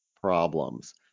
problems